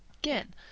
Again